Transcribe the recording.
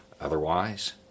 Otherwise